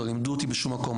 לא לימדו אותי בשום מקום,